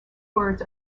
words